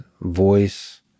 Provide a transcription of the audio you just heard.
voice